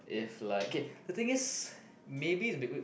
if like okay the thing is maybe is beca~ wait